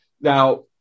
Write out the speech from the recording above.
Now